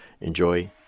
enjoy